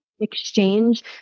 exchange